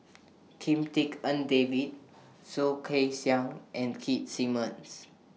Kim Tik En David Soh Kay Siang and Keith Simmons